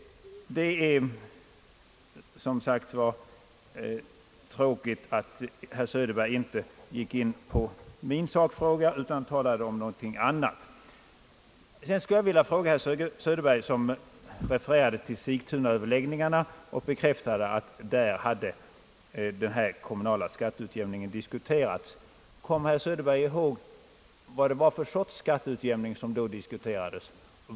Det är som sagt tråkigt att herr Söderberg inte gick in på min sakfråga, utan talade om någonting annat. Herr Söderberg refererade till Sigtunaöverläggningarna och bekräftade att den kommunala skatteutjämningen hade diskuterats där. Jag skulle vilja fråga om herr Söderberg kommer ihåg vad det var för slags skatteutjämning som då diskuterades.